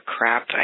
Crap